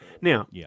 Now